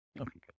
Okay